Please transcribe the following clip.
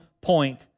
point